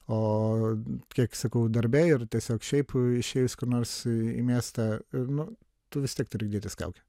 o kiek sakau darbe ir tiesiog šiaip išėjus kur nors į miestą nu tu vis tiek turi dėtis kaukę